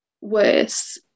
worse